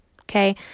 okay